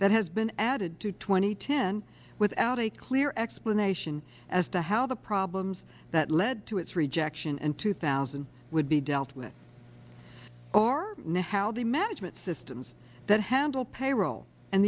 that has been added to two thousand and ten without a clear explanation as to how the problems that led to its rejection in two thousand would be dealt with or how the management systems that handle payroll and